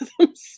algorithms